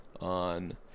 on